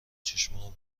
چشامو